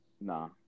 Nah